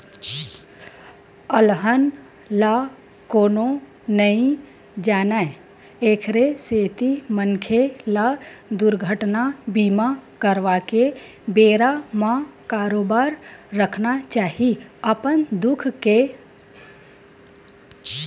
अलहन ल कोनो नइ जानय एखरे सेती मनखे ल दुरघटना बीमा करवाके बेरा म बरोबर रखना चाही अपन खुद के